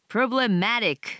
Problematic